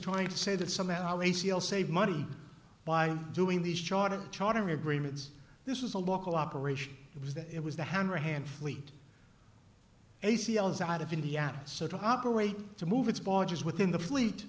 trying to say that somehow a c l saved money by doing these charter charter agreements this was a local operation it was that it was the hanrahan fleet a c l is out of indiana so to operate to move its barges within the fleet